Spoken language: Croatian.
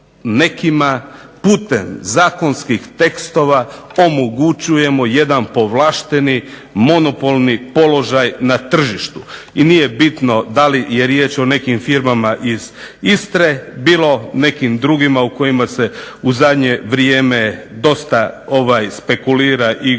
putem zakonskih tekstova omogućujemo jedan povlašteni monopolni položaj na tržištu. I nije bitno da li je riječ o nekim firmama iz Istre, bilo nekim drugima u kojima se u zadnje vrijeme dosta spekulira i govori.